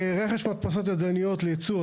רכש והדפסות ידניות לייצור,